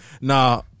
Nah